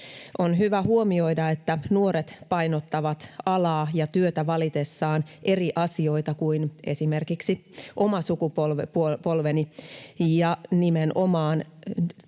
On hyvä huomioida, että nuoret painottavat alaa ja työtä valitessaan eri asioita kuin esimerkiksi oma sukupolveni, ja nimenomaan